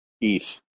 ETH